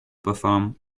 perform